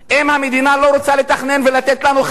אם המדינה לא רוצה לתכנן ולתת לנו חלקות